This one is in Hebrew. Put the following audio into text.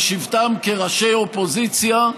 בשבתם כראשי האופוזיציה,